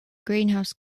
greenhouse